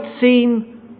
seem